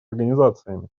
организациями